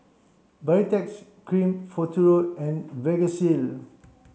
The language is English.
Baritex cream Futuro and Vagisil